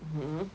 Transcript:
mmhmm